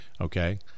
Okay